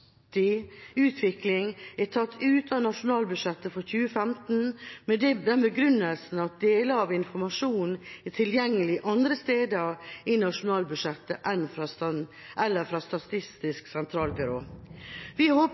bærekraftig utvikling er tatt ut av nasjonalbudsjettet for 2015, med den begrunnelsen at deler av informasjonen er tilgjengelig andre steder i nasjonalbudsjettet eller fra Statistisk sentralbyrå. Vi håper